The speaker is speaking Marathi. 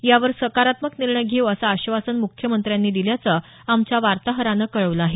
यावर सकारात्मक निर्णय घेऊ अस आश्वासन मुख्यमंत्र्यांनी दिल्याचं आमच्या वार्ताहरानं कळवलं आहे